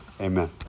Amen